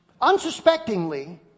unsuspectingly